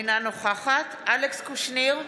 אינה נוכחת אלכס קושניר,